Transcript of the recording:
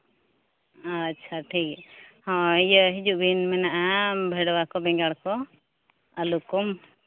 ᱟᱪᱪᱷᱟ ᱴᱷᱤᱠᱜᱮᱭᱟ ᱦᱳᱭ ᱤᱭᱟᱹ ᱦᱤᱡᱩᱜ ᱵᱤᱱ ᱢᱮᱱᱟᱜᱼᱟ ᱵᱷᱮᱰᱣᱟ ᱠᱚ ᱵᱮᱸᱜᱟᱲ ᱠᱚ ᱟᱹᱞᱩ ᱠᱚ